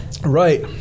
Right